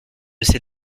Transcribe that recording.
ces